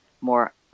more